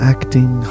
Acting